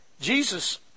Jesus